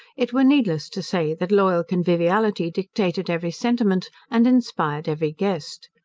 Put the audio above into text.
it were needless to say, that loyal conviviality dictated every sentiment, and inspired every guest.